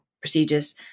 procedures